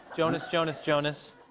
jonas jonas jonas.